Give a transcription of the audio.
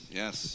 yes